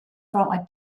from